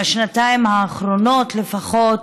בשנתיים האחרונות לפחות,